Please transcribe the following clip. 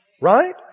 Right